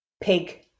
pig